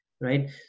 right